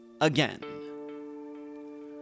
again